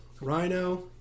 Rhino